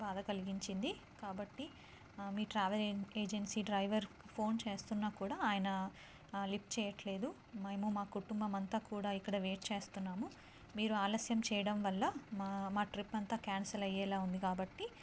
బాధ కలిగించింది కాబట్టి మీ ట్రావెల్ ఏజెన్సీ డ్రైవర్కి ఫోన్ చేస్తున్నా కూడా ఆయన లిఫ్ట్ చెయ్యడం లేదు మేము మా కుటుంబం అంతా కూడా ఇక్కడ వెయిట్ చేస్తున్నాము మీరు ఆలస్యం చేయడం వల్ల మా మా ట్రిప్ అంతా క్యాన్సల్ అయ్యేలా ఉంది కాబట్టి